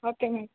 okay madam